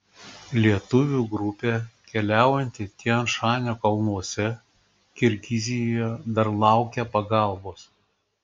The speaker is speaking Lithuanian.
lietuvių grupė keliaujanti tian šanio kalnuose kirgizijoje dar laukia pagalbos